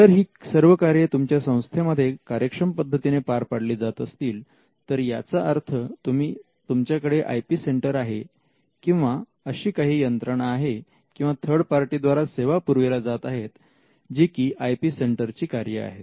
जर ही सर्व कार्ये तुमच्या संस्थेमध्ये कार्यक्षम पद्धतीने पार पाडली जात असतील तर याचा अर्थ तुमच्याकडे आय पी सेंटर आहे किंवा अशी काही यंत्रणा आहे किंवा थर्ड पार्टी द्वारा सेवा पुरविल्या जात आहेत जी की आय पी सेंटरची कार्ये आहेत